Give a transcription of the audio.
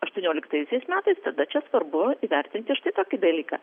aštuonioliktaisiais metais tada čia svarbu įvertinti štai tokį dalyką